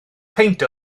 peint